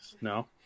no